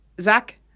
Zach